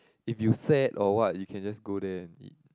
if you sad or what you can just go there and eat